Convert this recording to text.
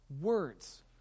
Words